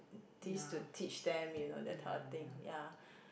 things to teach them you know that type of thing ya